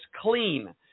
clean